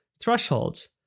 thresholds